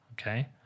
okay